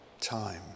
time